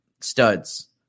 studs